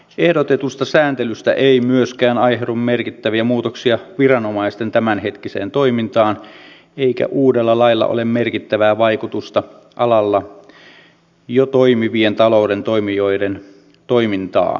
ehdotetusta sääntelystä ei myöskään aiheudu merkittäviä muutoksia viranomaisten tämänhetkiseen toimintaan eikä uudella lailla ole merkittävää vaikutusta alalla jo toimivien talouden toimijoiden toimintaan